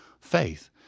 faith